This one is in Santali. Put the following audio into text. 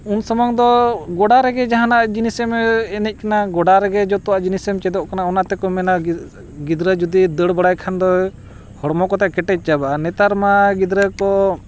ᱩᱱ ᱥᱚᱢᱚᱭ ᱫᱚ ᱜᱚᱰᱟ ᱨᱮᱜᱮ ᱡᱟᱦᱟᱱᱟᱜ ᱡᱤᱱᱤᱥᱮᱢ ᱮᱱᱮᱡ ᱠᱟᱱᱟ ᱜᱚᱰᱟ ᱨᱮᱜᱮ ᱡᱷᱚᱛᱚᱣᱟᱜ ᱡᱤᱱᱤᱥᱮᱢ ᱪᱮᱫᱚᱜ ᱠᱟᱱᱟ ᱚᱱᱟᱛᱮᱠᱚ ᱢᱮᱱᱟ ᱜᱤᱫᱽᱨᱟᱹ ᱡᱩᱫᱤ ᱫᱟᱹᱲ ᱵᱟᱲᱟᱭ ᱠᱷᱟᱱ ᱫᱚᱭ ᱦᱚᱲᱢᱚ ᱠᱚᱛᱟᱭ ᱠᱮᱴᱮᱡ ᱪᱟᱵᱟᱜᱼᱟ ᱱᱮᱛᱟᱨ ᱢᱟ ᱜᱤᱫᱽᱨᱟᱹ ᱠᱚ